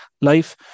life